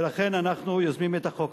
ולכן אנחנו יוזמים את החוק.